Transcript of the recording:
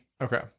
Okay